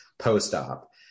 post-op